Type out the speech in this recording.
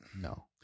no